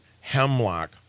hemlock